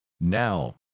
Now